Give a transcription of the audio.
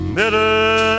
middle